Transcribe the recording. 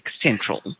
Central